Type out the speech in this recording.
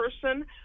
person